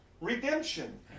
redemption